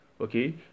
Okay